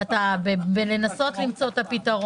אתה עוסק בלנסות למצוא את הפתרון,